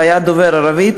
דובר ערבית,